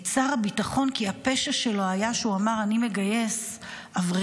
כי הפשע שלו היה שהוא אמר: אני מגייס אברכים,